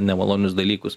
nemalonius dalykus